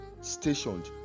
Stationed